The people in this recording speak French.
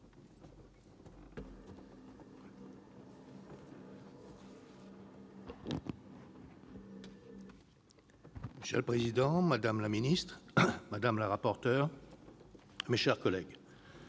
Monsieur le président, madame la ministre, madame la rapporteur, mes chers collègues,